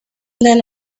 then